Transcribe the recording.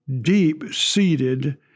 deep-seated